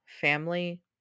family